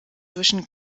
zwischen